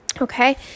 okay